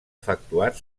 efectuat